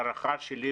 לפי הערכה שלי,